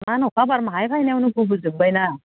इमान अखा बार माहाय फायनायावनो गब'जोबबायना